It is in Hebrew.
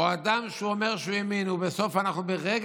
אדם שאומר שהוא ימין ובסוף אנחנו ברגע